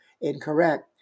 incorrect